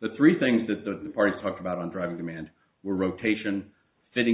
the three things that are the parts talked about on driving demand were rotation fitting